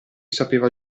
sapeva